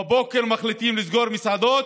בבוקר מחליטים לסגור מסעדות,